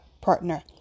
partner